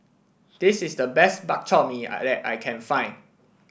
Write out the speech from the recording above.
this is the best Bak Chor Mee I that I can find